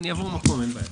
הם מסתובבים בעולם המדעי,